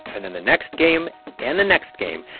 and then the next game and the next game.